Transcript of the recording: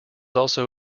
also